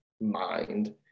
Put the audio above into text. mind